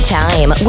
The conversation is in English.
time